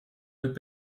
mit